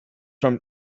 from